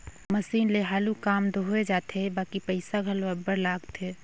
machine ले हालु काम दो होए जाथे बकि पइसा घलो अब्बड़ लागथे